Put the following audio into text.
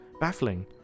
baffling